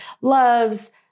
loves